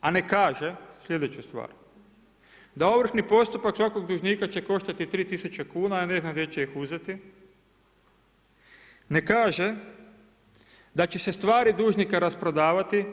A ne kaže sljedeću stvar, da ovršni postupak svakog dužnika će koštati 3000 kuna, a ne zna gdje će ih uzeti, ne kaže da će se stvari dužnika rasprodavati.